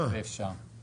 יאפשר לחשב הכללי